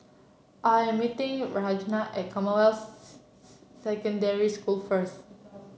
I'm meeting Ragna at Commonwealth Secondary School first